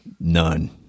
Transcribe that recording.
None